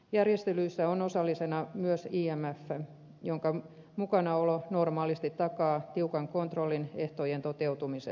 järjestelyissä on osallisena myös imf jonka mukanaolo normaalisti takaa tiukan kontrollin ehtojen toteutumisessa